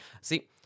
see